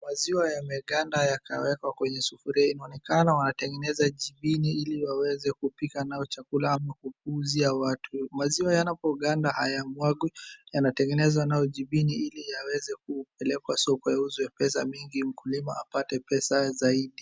Maziwa yameganda yakawekwa kwenye sufuria. Inaonekana wanatengeneza jibini ili waeze kupika nayo chakula au kuuzia watu. Maziwa yanapoganda hayamwagi, yanatengeneza nayo jibini ili yaweze kupelekwa soko, yauzwe pesa mingi, mkulima apate pesa zaidi.